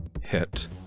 hit